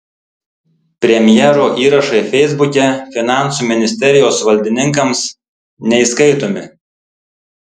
premjero įrašai feisbuke finansų ministerijos valdininkams neįskaitomi